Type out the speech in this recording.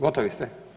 Gotovi ste?